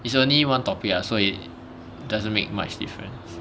it's only one topic ah so it doesn't make much difference